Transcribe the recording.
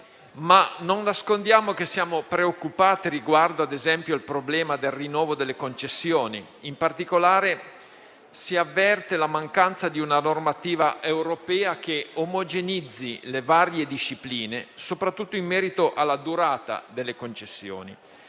non nascondiamo che siamo preoccupati, ad esempio, per il problema del rinnovo delle concessioni. In particolare, si avverte la mancanza di una normativa europea che omogenizzi le varie discipline soprattutto in merito alla durata delle concessioni.